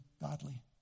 godly